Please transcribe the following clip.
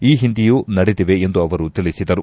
ಈ ಹಿಂದೆಯೂ ನಡೆದಿವೆ ಎಂದು ಅವರು ತಿಳಿಸಿದರು